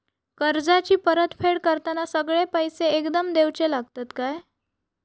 कर्जाची परत फेड करताना सगळे पैसे एकदम देवचे लागतत काय?